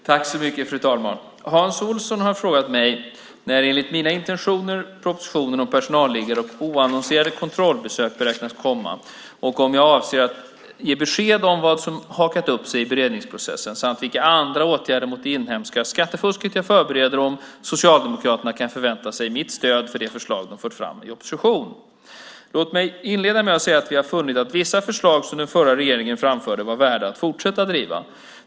Fru talman! Hans Olsson har frågat mig när, enligt mina intentioner, propositionen om personalliggare och oannonserade kontrollbesök beräknas komma och om jag avser att ge besked om vad det är som hakat upp sig i beredningsprocessen samt vilka andra åtgärder mot det inhemska skattefusket jag förbereder och om Socialdemokraterna kan förvänta sig mitt stöd för de förslag som de fört fram i opposition. Låt mig inleda med att säga att vi har funnit att vissa förslag som den förra regeringen framförde var värda att fortsätta att driva.